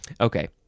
okay